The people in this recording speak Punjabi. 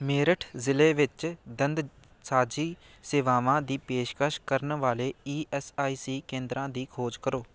ਮੇਰਠ ਜ਼ਿਲ੍ਹੇ ਵਿੱਚ ਦੰਦਸਾਜ਼ੀ ਸੇਵਾਵਾਂ ਦੀ ਪੇਸ਼ਕਸ਼ ਕਰਨ ਵਾਲੇ ਈ ਐਸ ਆਈ ਸੀ ਕੇਂਦਰਾਂ ਦੀ ਖੋਜ ਕਰੋ